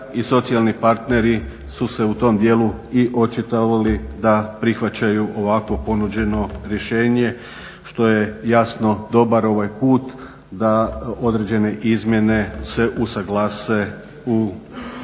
i socijalni partneri su u tom dijelu i očitovali da prihvaćaju ovakvo ponuđeno rješenje što je jasno ovaj dobar put da određene izmjene se usuglase u tim